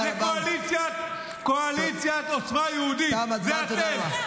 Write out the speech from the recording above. קואליציית עוצמה יהודית היא אתם.